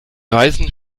reisen